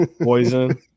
poison